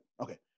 Okay